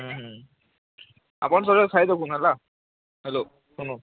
ହୁଁ ହୁଁ ଆପନ୍ ଥରେ ଖାଇ ଦେଖୁନ୍ ହେଲା ହ୍ୟାଲୋ ଶୁଣୁ